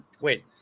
Wait